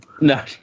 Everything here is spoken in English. No